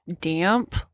damp